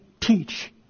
teach